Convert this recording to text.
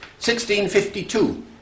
1652